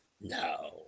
No